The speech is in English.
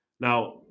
Now